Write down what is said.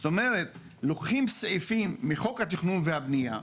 זאת אומרת, לוקחים סעיפים מחוק התכנון והבנייה,